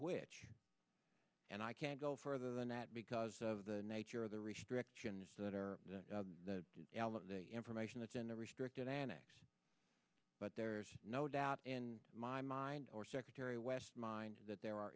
which and i can't go further than that because of the nature of the restrictions that are in the elevator information that's in a restricted annex but there's no doubt in my mind or secretary west mine that there are